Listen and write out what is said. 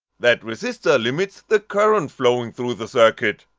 that resistor limits the current flowing through the circuit.